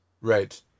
Right